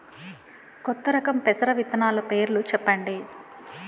కొత్త రకం పెసర విత్తనాలు పేర్లు చెప్పండి?